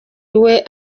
iwe